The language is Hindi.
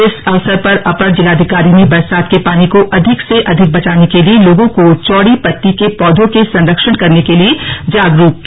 इस अवसर पर अपर जिलाधिकारी ने बरसात के पानी को अधिक से अधिक बचाने के लिए लोगों को चौड़ी पत्ती के पौधों के संरक्षण करने के लिए जागरुक किया